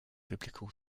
biblical